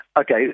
Okay